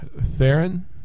theron